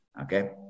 okay